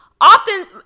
Often